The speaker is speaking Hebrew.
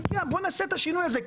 בוא נעשה את השינוי הזה,